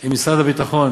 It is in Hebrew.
עם משרד הביטחון